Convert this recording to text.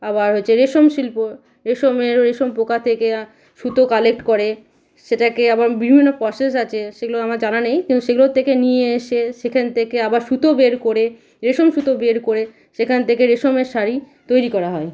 আবার হচ্ছে রেশম শিল্প রেশমের ওই রেশম পোকা থেকে সুতো কালেক্ট করে সেটাকে আবার বিভিন্ন প্রসেস আছে সেগুলো আমার জানা নেই কিন্তু সেগুলোর থেকে নিয়ে এসে সেখান থেকে আবার সুতো বের করে রেশম সুতো বের করে সেখান থেকে রেশমের শাড়ি তৈরি করা হয়